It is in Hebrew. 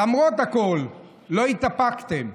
למרות הכול, לא התאפקתם.